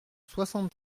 soixante